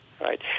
Right